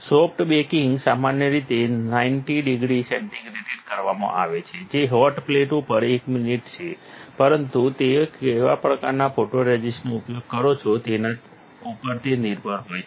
soft baking સામાન્ય રીતે 90 degree સેન્ટિગ્રેડે કરવામાં આવે છે જે હોટ પ્લેટ ઉપર 1 મિનિટ છે પરંતુ તમે કેવા પ્રકારના ફોટોરઝિસ્ટનો ઉપયોગ કરો છો તેના ઉપર તે નિર્ભર હોય છે